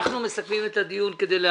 אנחנו מסכמים את הדיון כדלהלן.